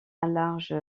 large